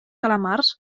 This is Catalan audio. calamars